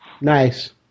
Nice